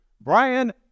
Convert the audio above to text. Brian